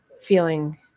feeling